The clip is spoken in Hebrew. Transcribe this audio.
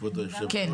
כבוד היו"ר,